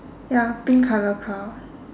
ya pink color crown